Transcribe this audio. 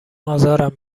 ازارم